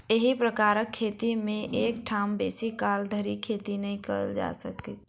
एही प्रकारक खेती मे एक ठाम बेसी काल धरि खेती नै कयल जाइत छल